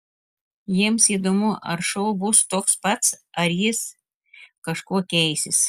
jiems įdomu ar šou bus toks pats ar jis kažkuo keisis